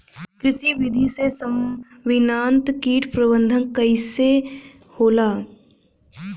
कृषि विधि से समन्वित कीट प्रबंधन कइसे होला?